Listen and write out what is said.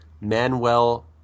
Manuel